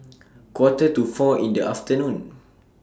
Quarter to four in The afternoon